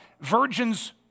virgins